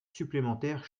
supplémentaires